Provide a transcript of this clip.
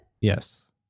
Yes